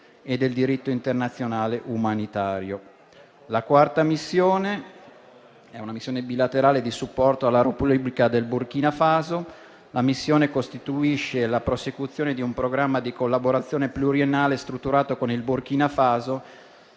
La quarta è una missione bilaterale di supporto alla Repubblica del Burkina Faso. La missione costituisce la prosecuzione di un programma di collaborazione pluriennale strutturato con il Burkina Faso,